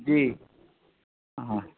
جی ہاں